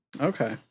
Okay